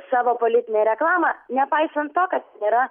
savo politinę reklamą nepaisant to kad yra